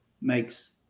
makes